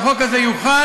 שהחוק הזה יוחל,